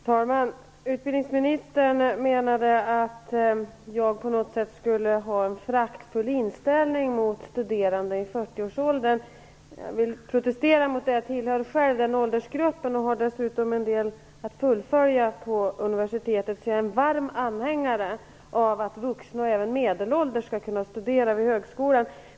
Herr talman! Utbildningsministern menade att jag på något sätt skulle ha en föraktfull inställning till studerande i 40-årsåldern. Jag vill protestera mot det. Jag tillhör själv den åldersgruppen och har dessutom en del att fullfölja på universitetet, så jag är en varm anhängare av att vuxna och även medelålders skall kunna studera vid högskola.